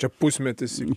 čia pusmetis iki